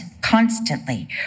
constantly